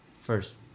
first